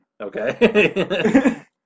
Okay